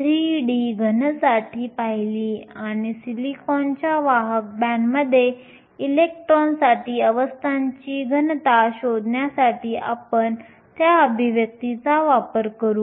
3D घनसाठी पाहिली आणि सिलिकॉनच्या वाहक बँडमध्ये इलेक्ट्रॉनसाठी अवस्थांची घनता शोधण्यासाठी आपण त्या अभिव्यक्तीचा वापर करू